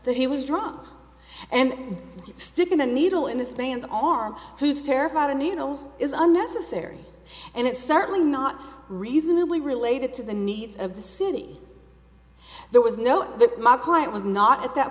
that he was drunk and sticking a needle in his pants all arm who's terrified of needles is unnecessary and it's certainly not reasonably related to the needs of the city there was no the market i was not at that